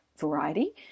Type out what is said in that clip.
variety